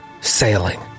sailing